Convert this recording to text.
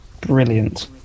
brilliant